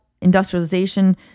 industrialization